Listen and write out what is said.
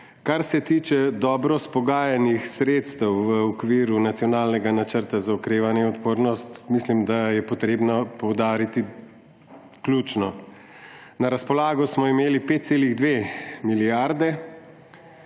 Kar se tiče dobro izpogajanih sredstev v okviru nacionalnega Načrta za okrevanje in odpornost, mislim, da je potrebno poudariti ključno. Na razpolago smo imeli 5,2 milijarde,